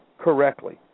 correctly